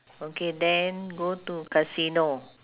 okay then go to casino